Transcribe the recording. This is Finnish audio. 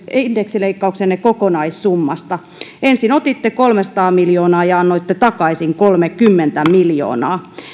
indeksileikkauksenne kokonaissummasta ensin otitte kolmesataa miljoonaa ja annoitte takaisin kolmekymmentä miljoonaa